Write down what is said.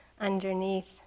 underneath